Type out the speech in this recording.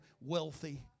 wealthy